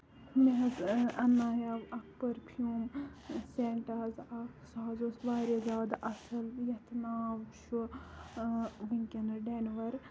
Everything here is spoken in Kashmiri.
مےٚ حظ اَننایاو اکھ پٔرفیوٗم سینٹ حظ اکھ سُہ حظ اوس واریاہ زیادٕ اَصٕل یَتھ ناو چھُ ؤنکیٚنَس ڈینور